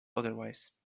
otherwise